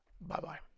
Bye-bye